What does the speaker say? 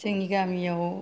जोंनि गामियाव